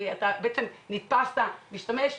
נתפסת משתמש,